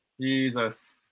Jesus